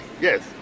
Yes